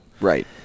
Right